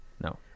No